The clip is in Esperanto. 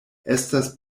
estas